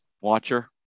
watcher